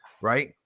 right